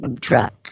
truck